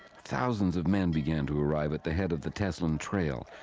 thousands of men began to arrive at the head of the teslin trail,